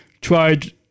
tried